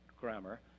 grammar